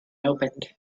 opened